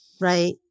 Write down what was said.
right